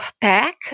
pack